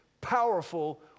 powerful